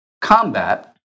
combat